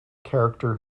character